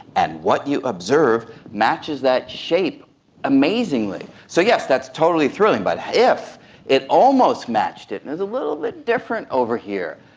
and what you observe matches that shape amazingly, so yes, that's totally thrilling. but if it almost matched it, and it's a little bit different over here,